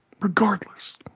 regardless